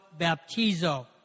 baptizo